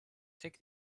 take